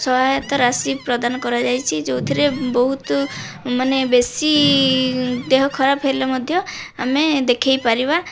ସହାୟତା ରାଶି ପ୍ରଦାନ କରାଯାଇଛି ଯେଉଁଥିରେ ବହୁତ ମାନେ ବେଶି ଦେହ ଖରାପ ହେଲେ ମଧ୍ୟ ଆମେ ଦେଖାଇପାରିବା